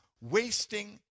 wasting